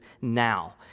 now